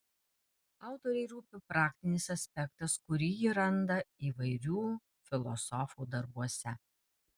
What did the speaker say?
autorei rūpi praktinis aspektas kurį ji randa įvairių filosofų darbuose